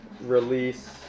release